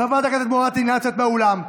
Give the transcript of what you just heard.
חברת הכנסת מואטי, נא לצאת מהאולם.